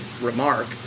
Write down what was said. remark